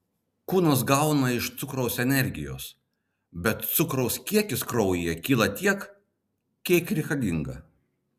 kūnas gauna iš cukraus energijos bet cukraus kiekis kraujyje kyla tiek kiek reikalinga